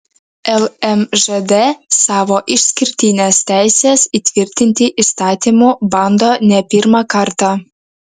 lmžd savo išskirtines teises įtvirtinti įstatymu bando ne pirmą kartą